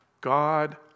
God